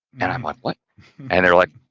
and i'm like, like and they're like,